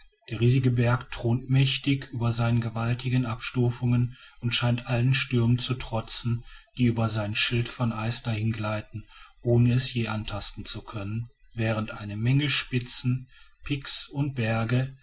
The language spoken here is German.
der riesige berg thront mächtig über seinen gewaltigen abstufungen und scheint allen stürmen zu trotzen die über sein schild von eis dahin gleiten ohne es je antasten zu können während eine menge spitzen pics und berge